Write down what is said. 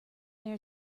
there